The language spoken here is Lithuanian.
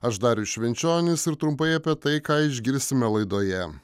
aš darius švenčionis ir trumpai apie tai ką išgirsime laidoje